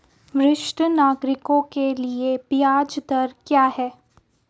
वरिष्ठ नागरिकों के लिए ब्याज दर क्या हैं?